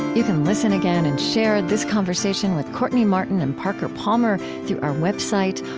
you can listen again and share this conversation with courtney martin and parker palmer through our website,